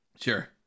Sure